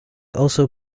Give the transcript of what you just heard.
also